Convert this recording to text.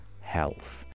Health